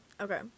Okay